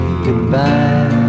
Goodbye